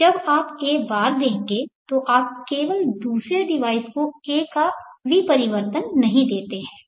जब आप a बार देंगे तो आप केवल दूसरे डिवाइस को a का विपरिवर्तन नहीं देते हैं